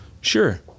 sure